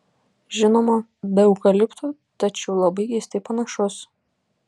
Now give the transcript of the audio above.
žinoma be eukaliptų tačiau labai keistai panašus